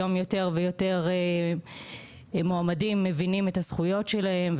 היום יותר ויותר מועמדים מבינים את הזכויות שלהם,